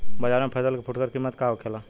बाजार में फसल के फुटकर कीमत का होखेला?